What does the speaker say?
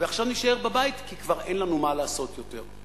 ועכשיו נישאר בבית כי כבר אין לנו מה לעשות יותר.